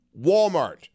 Walmart